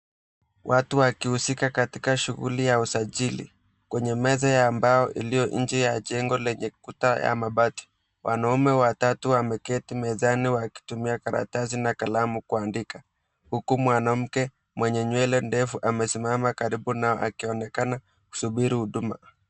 Watu wakihusuka katika shughuli ya usajili, kwenye meza ya mbao iliyo inje ya jengo lenye ukuta ya mabati. Wanaume watatu wameketi mezani wakitumia karatasi na kalamu kuandika. Huku mwanamke mwenye nywele ndefu amesimama karibu nao akionekana kusubiri huduma.